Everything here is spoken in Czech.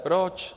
Proč?